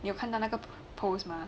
你有看到那个 post 吗